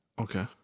Okay